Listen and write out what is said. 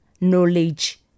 knowledge